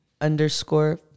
underscore